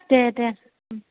दे दे